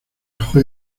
auge